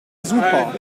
super